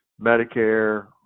Medicare